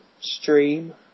stream